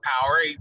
power